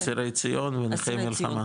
אסירי ציון ונכי מלחמה.